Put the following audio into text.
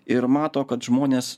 ir mato kad žmonės